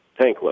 tankless